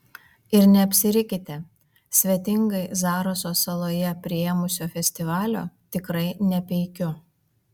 ir neapsirikite svetingai zaraso saloje priėmusio festivalio tikrai nepeikiu